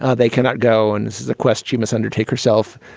ah they cannot go. and this is a quest, sheamus undertake herself,